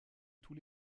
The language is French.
tous